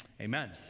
amen